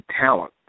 talent